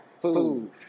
food